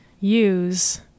use